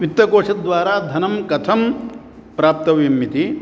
वित्तकोषद्वारा धनं कथं प्राप्तव्यम् इति